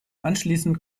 anschließend